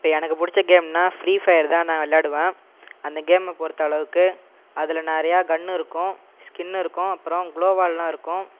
இப்போ எனக்கு பிடிச்ச கேம்ன்னால் ப்ரீ ஃபயர் தான் நான் விளையாடுவேன் அந்த கேமை பொறுத்த அளவுக்கு அதில் நிறைய கன் இருக்கும் ஸ்கின் இருக்கும் அப்புறம் க்லோவாலாம் இருக்கும்